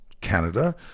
Canada